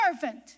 servant